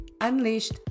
unleashed